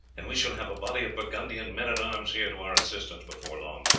and we shall have a body of burgundian men-at-arms here to our assistance before long.